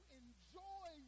enjoy